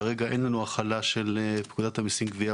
כרגע אין לנו החלה של פקודת המיסים (גבייה)